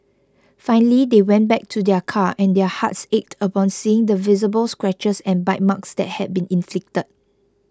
finally they went back to their car and their hearts ached upon seeing the visible scratches and bite marks that had been inflicted